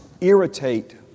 irritate